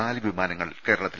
നാലുവിമാനങ്ങൾ കേരളത്തിൽ